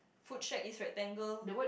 food shack is rectangle